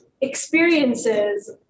experiences